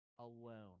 alone